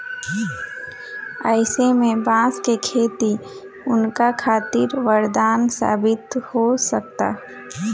अईसे में बांस के खेती उनका खातिर वरदान साबित हो सकता